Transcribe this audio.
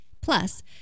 Plus